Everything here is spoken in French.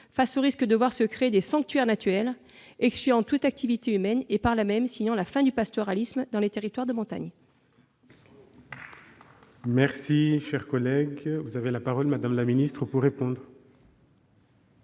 face au risque de voir se créer des sanctuaires naturels excluant toute activité humaine, signant par là même la fin du pastoralisme dans les territoires de montagne